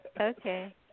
Okay